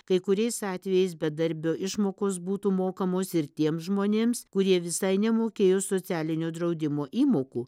kai kuriais atvejais bedarbio išmokos būtų mokamos ir tiems žmonėms kurie visai nemokėjo socialinio draudimo įmokų